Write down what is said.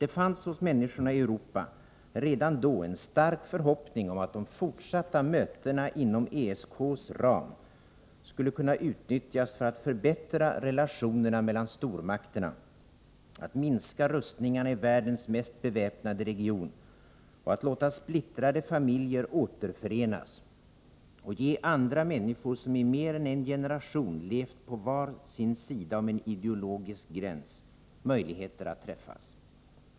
Det fanns hos människorna i Europa redan då en stark förhoppning om att de fortsatta mötena inom ESK:s ram skulle kunna utnyttjas för att förbättra relationerna mellan stormakterna, att minska rustningarna i världens mest beväpnade region, att låta splittrade familjer återförenas och ge andra människor, som i mer än en generation levt på var sin sida om en ideologisk gräns, möjligheter att träffas.